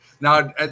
Now